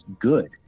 good